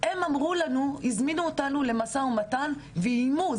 הם אמרו לנו והזמינו אותנו למשא ומתן ואיימו,